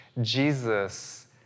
Jesus